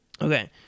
Okay